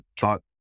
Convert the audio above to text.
thought